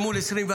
אל מול 2024,